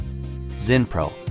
Zinpro